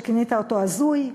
שכינית אותו הזוי.